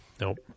Nope